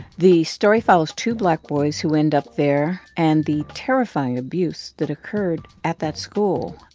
the story follows two black boys who end up there and the terrifying abuse that occurred at that school.